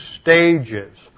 stages